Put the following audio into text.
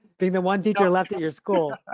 being the one teacher left at your school.